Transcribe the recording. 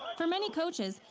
for many coaches,